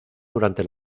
durante